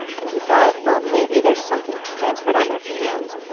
and he thought, well, maybe there's something transferred on their hands,